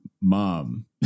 mom